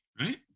right